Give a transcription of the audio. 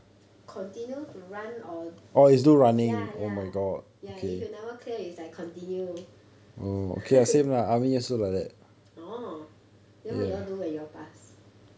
continue to run or or ya ya ya if you never clear is like continue orh then what you all do when you all pass